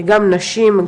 גם נשים,